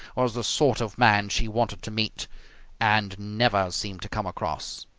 was the sort of man she wanted to meet and never seemed to come across.